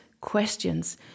questions